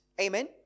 Amen